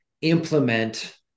implement